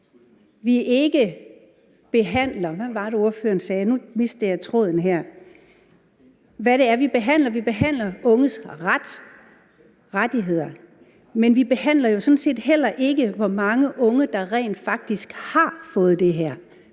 vi behandler unges ret og rettigheder. Men vi behandler jo sådan set heller ikke, hvor mange unge der rent faktisk har fået det her,